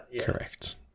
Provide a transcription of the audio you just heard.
Correct